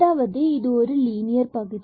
அதாவது இது ஒரு லீனியர் பகுதி